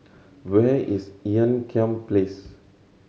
where is Ean Kiam Place